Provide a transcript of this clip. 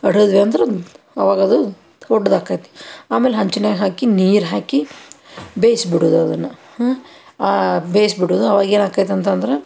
ಹೊಡೆದ್ವಿ ಅಂದ್ರೆ ಅವಾಗ ಅದು ದೊಡ್ದು ಆಕೈತಿ ಆಮೇಲೆ ಹಂಚಿನ್ಯಾಗ ಹಾಕಿ ನೀರು ಹಾಕಿ ಬೇಯ್ಸಿ ಬಿಡುದು ಅದನ್ನು ಹಾಂ ಬೇಯ್ಸಿ ಬಿಡುದು ಆವಾಗ ಏನು ಆಕೈತೆ ಅಂತಂದ್ರೆ